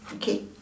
okay